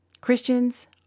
Christians